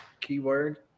keyword